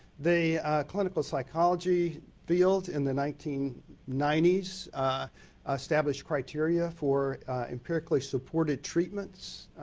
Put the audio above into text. the clinical psychology field in the nineteen ninety s established criteria for empirically supported treatments.